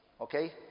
Okay